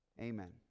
Amen